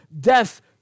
death